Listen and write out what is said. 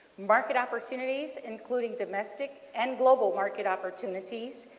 market opportunities including domestic and global market opportunities,